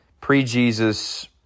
pre-Jesus